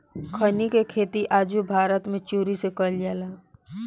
खईनी के खेती आजो भारत मे चोरी से कईल जाला